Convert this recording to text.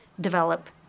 develop